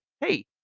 hey